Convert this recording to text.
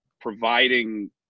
providing